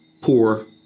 poor